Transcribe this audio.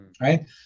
right